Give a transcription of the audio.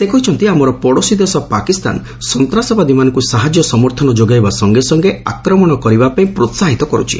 ସେ କହିଛନ୍ତି ଆମର ପଡ଼ୋଶୀ ଦେଶ ପାକିସ୍ତାନ ସନ୍ତାସବାଦୀମାନଙ୍କୁ ସାହାଯ୍ୟ ସମର୍ଥନ ଯୋଗାଇବା ସଙ୍ଗେ ସଙ୍ଗେ ଆକ୍ରମଣ କରିବାପାଇଁ ପ୍ରୋସାହିତ କରୁଛି